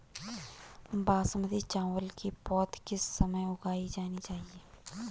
बासमती चावल की पौध किस समय उगाई जानी चाहिये?